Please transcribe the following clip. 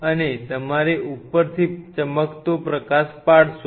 અને તમારે ઉપરથી ચમકતો પ્રકાશ પાડશો